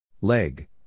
Leg